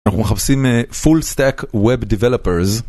אנחנו מחפשים full stack web developers.